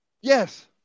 yes